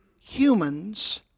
humans